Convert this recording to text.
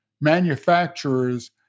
manufacturers